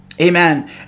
Amen